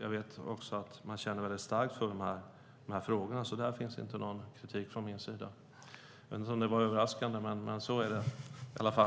Jag vet också att man känner väldigt starkt för dessa frågor, så där finns ingen kritik från min sida - som om det vore överraskande, men så är det i alla fall.